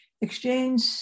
Exchange